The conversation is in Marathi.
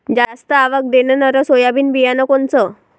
जास्त आवक देणनरं सोयाबीन बियानं कोनचं?